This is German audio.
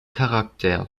charakter